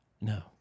No